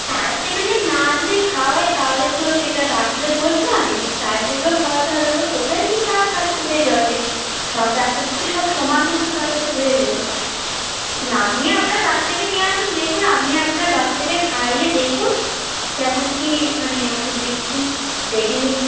time টেবিলে না যদি খাওয়ায় তাহলে তো সেটা ডাক্তারের দোষ নয় ওটা টাইম টেবিলেও খাওয়াতে হবে এবার কোথায় কী কার হাত কোথায় যশে সব ডাক্তার যদি সব সমান হতো তাহলে তো হয়ে যেত আপনি আপনার বাচ্চাকে নিয়ে আসুন দেখুন আপনি আপনার বাচ্চাকে খাইয়ে দেখুন কেমন কী মানে ওষুধ দিচ্ছি দেখে নিন